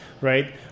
right